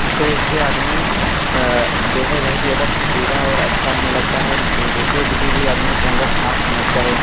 हं तो इससे आदमी जो है बहुत ही ज़्यादा फ़ुर्तीला और अच्छा होने लगता है जैसे किसी भी आदमी के अन्दर साँस समस्या हो